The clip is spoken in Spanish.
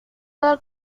del